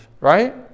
right